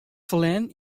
ferlern